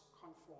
conform